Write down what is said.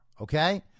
okay